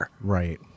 Right